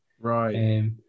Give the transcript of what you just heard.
Right